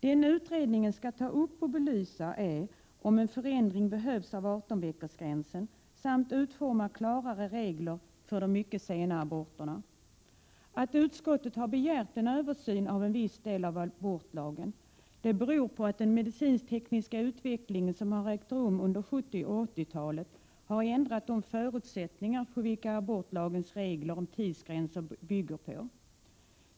Det utredningen skall ta upp och belysa är om en förändring behövs av 18-veckorsgränsen, samt utforma klarare regler för mycket sena aborter. Att utskottet begärt en översyn av en viss del av abortlagen beror på att den medicinsk-tekniska utveckling som ägt rum under 70-talet och 80-talet har ändrat de förutsättningar på vilka abortlagens regler om tidsgränser bygger.